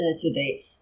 today